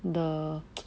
the